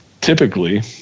typically